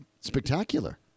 spectacular